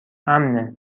امنهخودم